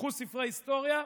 תפתחו ספרי היסטוריה,